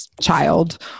child